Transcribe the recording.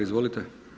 Izvolite!